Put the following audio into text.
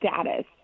status